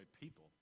people